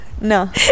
No